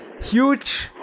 huge